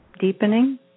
deepening